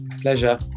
pleasure